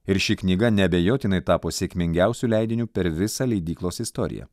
ir ši knyga neabejotinai tapo sėkmingiausiu leidiniu per visą leidyklos istoriją